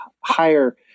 higher